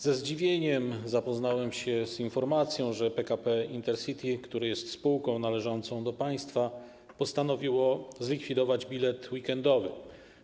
Ze zdziwieniem zapoznałem się z informacją, że PKP Intercity, które jest spółka należącą do państwa, postanowiło zlikwidować bilet weekendowy.